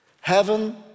heaven